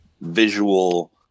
visual